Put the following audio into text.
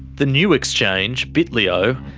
the new exchange, bitlio,